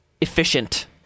efficient